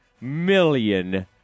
million